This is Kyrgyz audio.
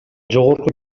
жогорку